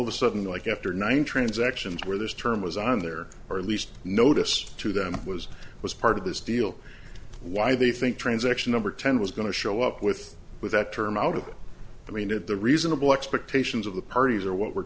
of a sudden like after nine transactions where this term was on there or at least notice to them was was part of this deal why they think transaction number ten was going to show up with that term out of i mean that the reasonable expectations of the parties are what we're